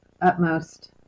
utmost